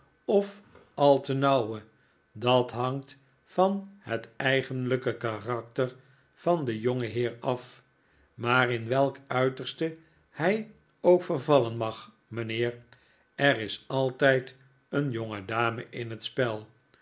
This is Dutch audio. of al te nauwe dat hangt van het eigenlijke karakter van den jongen heer af maar in welk uiterste hij ook vervallen mag mijnheer er is altijd een jongedame in het spel